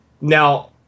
now